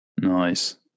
Nice